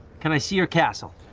can i see your castle?